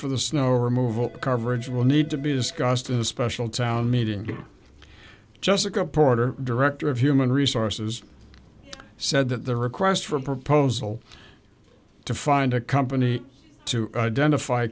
for the snow removal coverage will need to be discussed in a special town meeting just like a porter director of human resources he said that the request for proposal to find a company to identify